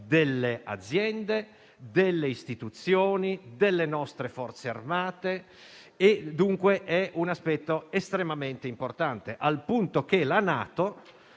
delle aziende, delle istituzioni, delle nostre Forze armate. Come dicevo, è dunque un aspetto estremamente importante, al punto che la NATO